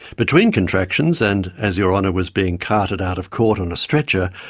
between contractions and as your honour was being carted out of court on a stretcher,